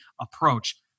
approach